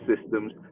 systems